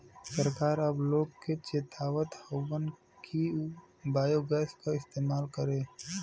सरकार अब लोग के चेतावत हउवन कि उ बायोगैस क इस्तेमाल करे